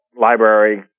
library